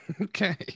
Okay